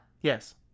Yes